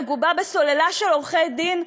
מגובה בסוללה של עורכי-דין,